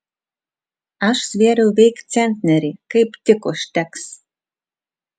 aš svėriau veik centnerį kaip tik užteks